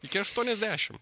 iki aštuoniasdešim